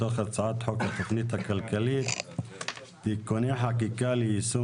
מתוך הצעת חוק התכנית הכלכלית (תיקוני חקיקה ליישום